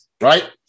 right